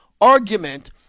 argument